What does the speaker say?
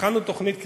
הכנו תוכנית כללית,